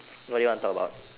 what do you want to talk about